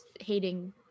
hating